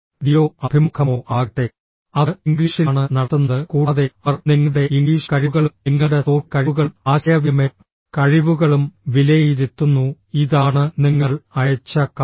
deo അഭിമുഖമോ ആകട്ടെ അത് ഇംഗ്ലീഷിലാണ് നടത്തുന്നത് കൂടാതെ അവർ നിങ്ങളുടെ ഇംഗ്ലീഷ് കഴിവുകളും നിങ്ങളുടെ സോഫ്റ്റ് കഴിവുകളും ആശയവിനിമയ കഴിവുകളും വിലയിരുത്തുന്നു ഇതാണ് നിങ്ങൾ അയച്ച കത്ത്